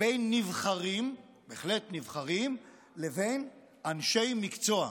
בין נבחרים, בהחלט נבחרים, לבין אנשי מקצוע,